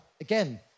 Again